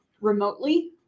remotely